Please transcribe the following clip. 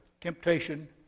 temptation